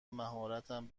مهارتم